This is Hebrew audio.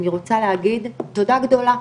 אני רוצה להגיד תודה גדולה,